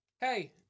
Hey